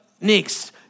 next